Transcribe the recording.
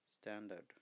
standard